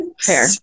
Fair